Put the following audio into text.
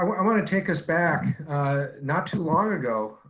i wanna take us back not too long ago,